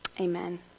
Amen